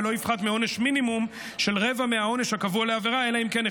ולא יפחת מעונש מינימום של רבע מהעונש הקבוע לעבירה,